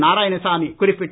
நாராயணசாமி குறிப்பிட்டார்